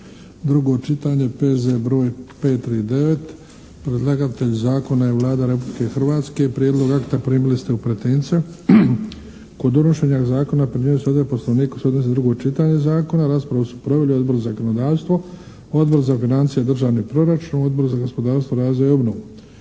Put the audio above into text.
drugo čitanje, P.Z. br. 539 Predlagatelj Zakona je Vlada Republike Hrvatske. Prijedlog akta primili ste u pretince. Kod donošenja Zakona primjenjuju se odredbe Poslovnika koje se odnose na drugo čitanje Zakona. Raspravu su proveli Odbor za zakonodavstvo, Odbor za financije i državni proračun, Odbor za gospodarstvo, razvoj i obnovu.